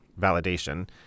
validation